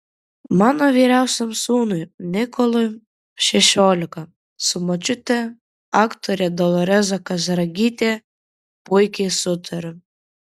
mano vyriausiam sūnui nikolui šešiolika su močiute aktore doloresa kazragyte puikiai sutariu